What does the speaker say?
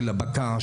של הבקר,